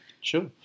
sure